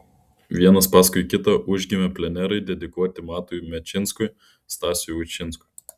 vienas paskui kitą užgimė plenerai dedikuoti matui menčinskui stasiui ušinskui